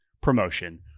promotion